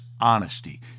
honesty